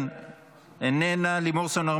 ואליד אלהואשלה,